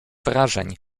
wrażeń